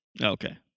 Okay